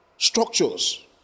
Structures